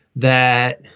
that.